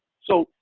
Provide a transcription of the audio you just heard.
so,